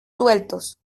sueltos